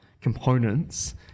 components